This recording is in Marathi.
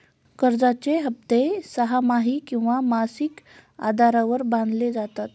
कर्जाचे हप्ते सहामाही किंवा मासिक आधारावर बांधले जातात